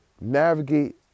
navigate